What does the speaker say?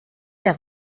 der